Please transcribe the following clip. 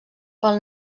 pel